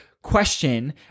question